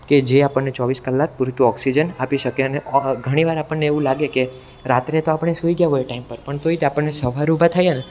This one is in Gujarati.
કે જે આપણને ચોવીસ કલાક પૂરતું ઑક્સીજન આપી શકે અને ઘણીવાર આપણને એવું લાગે કે રાત્રે તો આપણે સુઇ ગયા હોઇએ ટાઈમ પર પણ તોય તે આપણને સવારે ઊભા થાઈએ ને